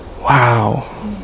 Wow